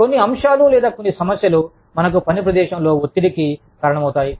కొన్ని అంశాలు లేదా కొన్ని సమస్యలు మనకు పని ప్రదేశంలో ఒత్తిడికి కారణమవుతాయి